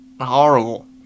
Horrible